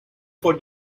for